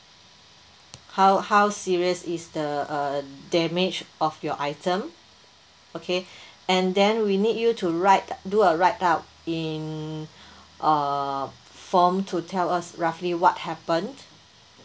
how how serious is the uh damage of your item okay and then we need you to write uh do a write up in uh form to tell us roughly what happen